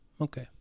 Okay